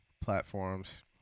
platforms